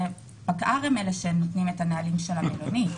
פקע"ר הם אלה שנותנים את הנהלים של המלונית.